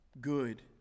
good